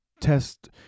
test